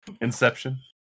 Inception